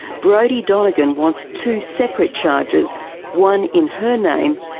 brodie donegan wants two separate charges one in her name,